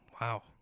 Wow